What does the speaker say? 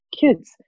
kids